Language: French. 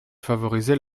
favoriser